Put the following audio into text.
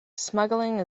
smuggling